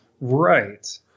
Right